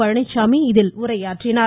பழனிச்சாமி இதில் உரையாற்றினார்